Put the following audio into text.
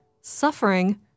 suffering